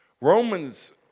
Romans